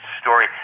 story